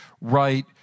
right